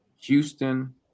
Houston